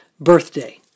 birthday